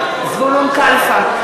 בעד זבולון קלפה,